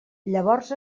llavors